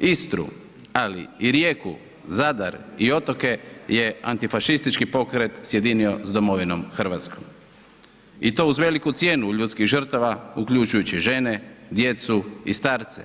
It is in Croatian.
Istru, ali i Rijeku, Zadar i otoke je antifašistički pokret sjedinio s domovinom RH i to uz veliku cijenu ljudskih žrtava uključujući žene, djece i starce,